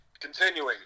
Continuing